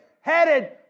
headed